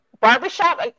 barbershop